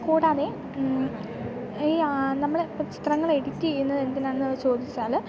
കൂടാതെ ഈ നമ്മൾ ഇപ്പം ചിത്രങ്ങൾ എഡിറ്റ് ചെയ്യുന്നതെന്തിനാണെന്നു ചോദിച്ചാൽ